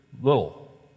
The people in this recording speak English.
little